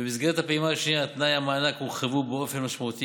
ובמסגרת הפעימה השנייה תנאי המענק הורחבו באופן משמעותי